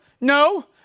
no